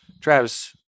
Travis